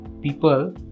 people